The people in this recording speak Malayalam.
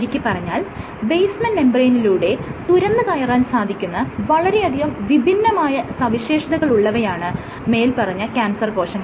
ചുരുക്കിപറഞ്ഞാൽ ബേസ്മെൻറ് മെംബ്രേയ്നിലൂടെ തുരന്ന് കയറാൻ സാധിക്കുന്ന വളരെയധികം വിഭിന്നമായ സവിശേഷതകളുള്ളവയാണ് മേല്പറഞ്ഞ ക്യാൻസർ കോശങ്ങൾ